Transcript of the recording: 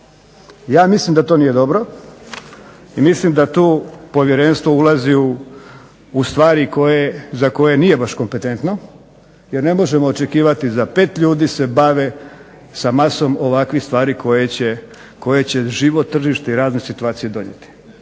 Ja mislim da to nije dobro i mislim da tu povjerenstvo ulazi u stvari za koje baš nije kompetentno. Jer ne možemo očekivati za pet ljudi se bave sa masom ovakvih stvari koje će živo tržište i razne situacije donijeti.